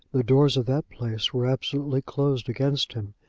the doors of that place were absolutely closed against him,